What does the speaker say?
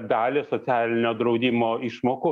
dalį socialinio draudimo išmokų